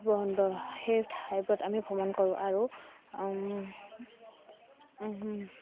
সেই ঠাইবোৰত আমি ভ্ৰমণ কৰোঁ আৰু